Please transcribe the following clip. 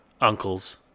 uncles